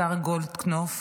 השר גולדקנופ,